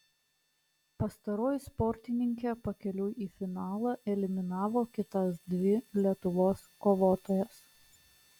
pastaroji sportininkė pakeliui į finalą eliminavo kitas dvi lietuvos kovotojas